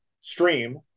stream